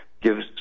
gives